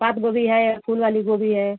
पात गोभी है फूल वाली गोभी है